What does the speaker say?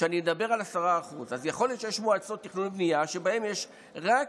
כשאני אדבר על 10%. אז יכול להיות שיש מועצות לתכנון ולבנייה שבהן יש רק